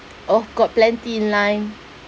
oh got plenty line